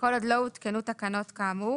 לא הותקנו תקנות כאמור,